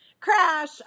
crash